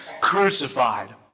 crucified